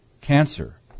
cancer